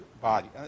body